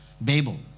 Babel